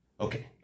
Okay